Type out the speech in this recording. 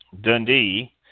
Dundee